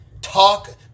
Talk